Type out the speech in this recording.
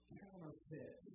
counterfeit